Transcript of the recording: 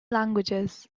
languages